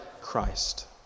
Christ